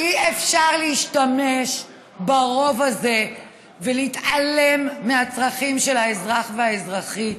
אי-אפשר להשתמש ברוב הזה ולהתעלם מהצרכים של האזרח והאזרחית.